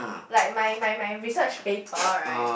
like my my my my research paper right